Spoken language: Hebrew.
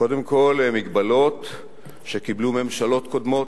קודם כול, הן הגבלות שקיבלו ממשלות קודמות,